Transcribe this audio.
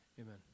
Amen